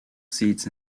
seats